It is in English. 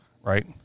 right